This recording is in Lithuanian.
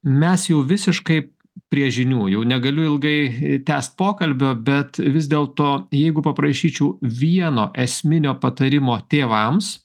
mes jau visiškai prie žinių jau negaliu ilgai tęst pokalbio bet vis dėlto jeigu paprašyčiau vieno esminio patarimo tėvams